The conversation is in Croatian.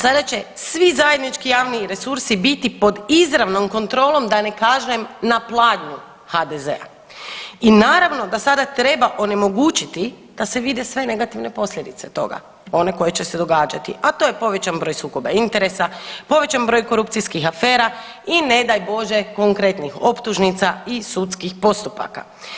Sada će svi zajednički javni resursi biti pod izravnom kontrolom da ne kažem na pladnju HDZ-a i naravno da sada treba onemogućiti da se vide sve negativne posljedice toga one koje će se događati, a to je povećan broj sukoba interesa, povećan broj korupcijskih afera i ne daj Bože konkretnih optužnica i sudskih postupaka.